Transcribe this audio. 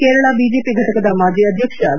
Kerala BJP ಘಟಕದ ಮಾಜಿ ಅಧ್ಯಕ್ಷ ವಿ